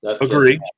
Agree